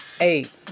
eight